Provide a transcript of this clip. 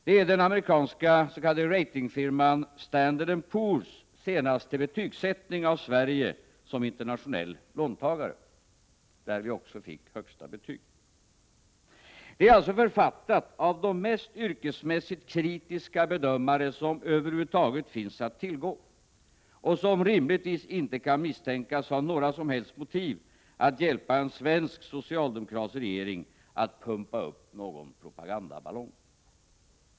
Det är den amerikanska s.k. ratingfirman Standard & Poor's senaste betygsättning av Sverige som internationell låntagare, där vi också fick högsta betyg. Det är alltså författat av de mest yrkesmässigt kritiska bedömare som över huvud taget finns att tillgå — och som rimligtvis inte kan misstänkas ha några som helst motiv för att hjälpa en svensk socialdemokratisk regering att pumpa upp någon propagandaballong.